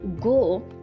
go